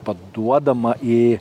paduodama į